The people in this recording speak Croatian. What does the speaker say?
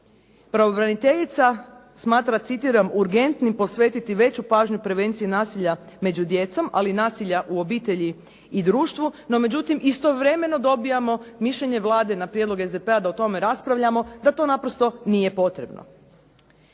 Pravobraniteljica smatra, citiram: "urgentnim posvetiti veću pažnju prevenciji nasilja među djecom, ali i nasilja u obitelji i društvu", no međutim istovremeno dobivamo mišljenje Vlade na prijedlog SDP-a da o tome raspravljamo da to naprosto nije potrebno.